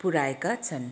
पुर्याएका छन्